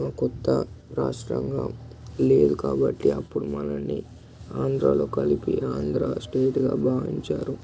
ఒక కొత్త రాష్ట్రంగా లేదు కాబట్టి అప్పుడు మనల్ని ఆంధ్రలో కలిపి ఆంధ్ర స్టేట్గా భావించారు